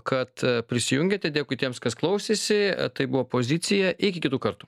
kad prisijungėte dėkui tiems kas klausėsi tai buvo pozicija iki kitų kartų